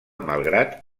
malgrat